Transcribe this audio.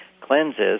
cleanses